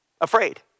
afraid